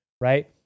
right